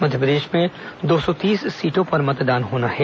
मध्यप्रदेश में दो सौ तीस सीटों पर मतदान होना है